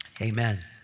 Amen